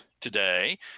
today